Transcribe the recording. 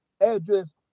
address